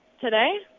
Today